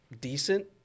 decent